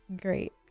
great